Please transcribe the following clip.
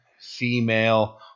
female